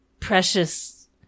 precious